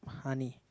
honey